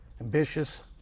ambitious